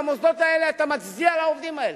במוסדות האלה אתה מצדיע לעובדים האלה,